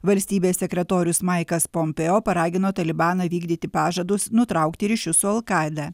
valstybės sekretorius maikas pompeo paragino talibaną vykdyti pažadus nutraukti ryšius su al kaida